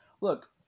Look